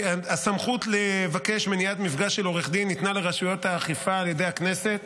הסמכות לבקש מניעת מפגש של עורך דין ניתנה לרשויות האכיפה על ידי הכנסת